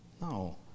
No